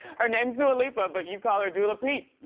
her name's dua lipa, but you call her dula peep.